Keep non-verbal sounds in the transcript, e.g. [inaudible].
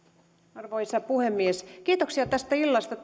arvoisa puhemies kiitoksia tästä illasta [unintelligible]